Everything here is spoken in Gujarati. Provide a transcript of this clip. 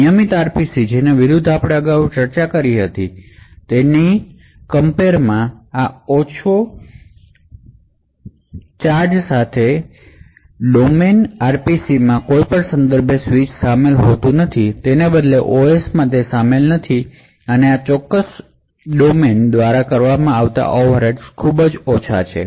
નિયમિત RPCs જેની આપણે અગાઉ ચર્ચા કરી હતી તેનાથી વિરુદ્ધ આ low cost cross fault domain RPC માં કોઈ કોંટેક્સ્ટ સ્વિચ શામેલ હોતું નથી એટલેકે OS તેમાં શામેલ નથી અને આ low cost cross fault domain RPC દ્વારા કરવામાં આવતા ઓવરહેડ્સ ખૂબ ઓછા છે